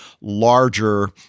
larger